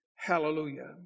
Hallelujah